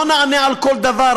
לא נענה על כל דבר,